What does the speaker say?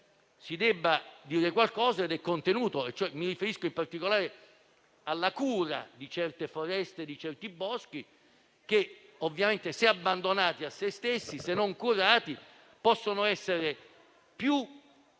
si debba dire qualcosa. Mi riferisco in particolare alla cura di certe foreste e di taluni boschi che, ovviamente, se abbandonati a se stessi, se non curati, possono essere più